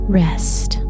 rest